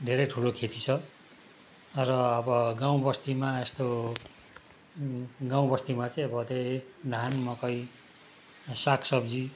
धेरै ठुलो खेती छ र अब गाउँबस्तीमा यस्तो गाउँबस्तीमा चाहिँ अब त्यही धान मकै सागसब्जी